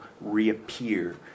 reappear